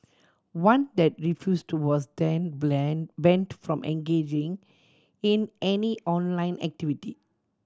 one that refused was then banned from engaging in any online activity